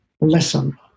listen